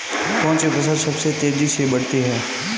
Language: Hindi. कौनसी फसल सबसे तेज़ी से बढ़ती है?